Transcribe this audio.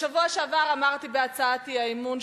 בשבוע שעבר אמרתי בהצעת אי-האמון,